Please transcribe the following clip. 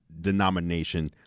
denomination